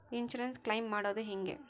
Insurance claim ಮಾಡದು ಹೆಂಗೆ?